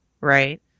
right